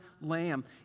lamb